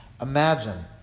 Imagine